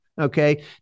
Okay